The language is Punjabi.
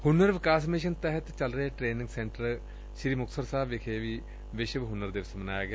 ਹੁਨਰ ਵਿਕਾਸ ਮਿਸ਼ਨ ਤਹਿਤ ਚੱਲ ਰਹੇ ਟ੍ਟੇਨਿੰਗ ਸੈਂਟਰ ਸ੍ਰੀ ਮੁਕਤਸਰ ਸਾਹਿਬ ਵਿਖੇ ਵਿਸ਼ਵ ਹੁਨਰ ਦਿਵਸ ਮਨਾਇਆ ਗਿਆ